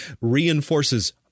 reinforces